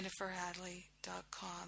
JenniferHadley.com